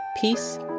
peace